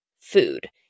food